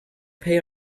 pay